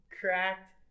Cracked